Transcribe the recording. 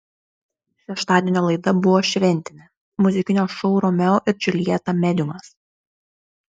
šeštadienio laida buvo šventinė muzikinio šou romeo ir džiuljeta mediumas